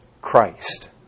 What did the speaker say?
Christ